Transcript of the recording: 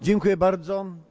Dziękuję bardzo.